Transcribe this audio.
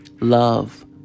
Love